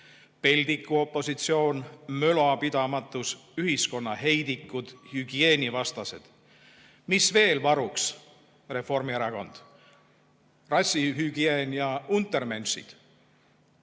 "peldikuopositsioon", "mölapidamatus", "ühiskonna heidikud", "hügieenivastased". Mis veel varuks, Reformierakond? Rassihügieen jaUntermensch'id?